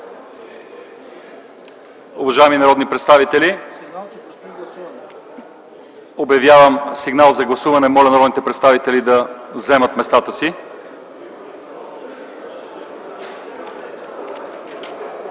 обявявам сигнал за гласуване. Моля народните представители да заемат местата си.